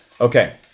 Okay